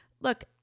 look